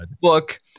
book